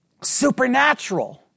supernatural